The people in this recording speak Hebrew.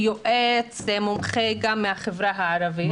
יועץ ומומחה גם מהחברה הערבית.